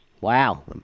Wow